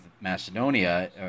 Macedonia